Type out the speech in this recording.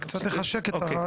זה קצת לחשק את הרעיון.